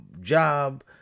job